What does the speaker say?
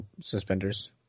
suspenders